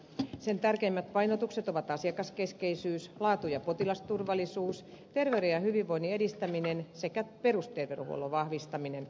sen tärkeimmät painotukset ovat asiakaskeskeisyys laatu ja potilasturvallisuus terveyden ja hyvinvoinnin edistäminen sekä perusterveydenhuollon vahvistaminen